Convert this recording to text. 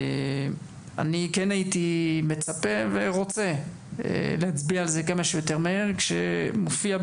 אני כן הייתי מצפה ורוצה להצביע על זה כמה שיותר מהר כשמופיעה